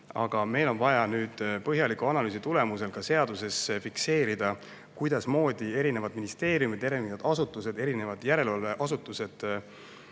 aga meil on vaja põhjaliku analüüsi tulemusel ka seaduses fikseerida, kuidasmoodi erinevad ministeeriumid, erinevad järelevalveasutused